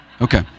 Okay